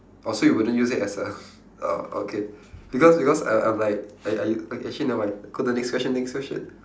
oh so you wouldn't use it as a orh okay because because I I'm like I I uh actually never mind go to the next question next question